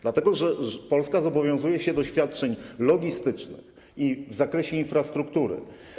Dlatego że Polska zobowiązuje się do świadczeń logistycznych i w zakresie infrastruktury.